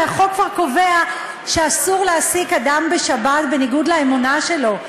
הרי החוק כבר קובע שאסור להעסיק אדם בשבת בניגוד לאמונה שלו.